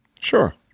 Sure